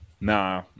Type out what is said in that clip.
Nah